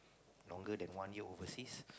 longer than one year overseas